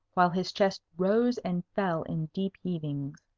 while his chest rose and fell in deep heavings.